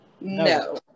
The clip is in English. No